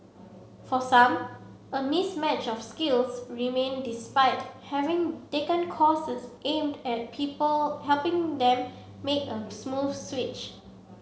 for some a mismatch of skills remain despite having taken courses aimed at people helping them make a smooth switch